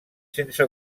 sense